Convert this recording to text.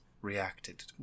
reacted